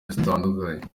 zitandukanye